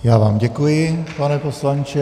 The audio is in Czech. Já vám děkuji, pane poslanče.